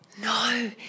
No